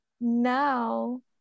now